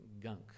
gunk